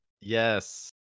Yes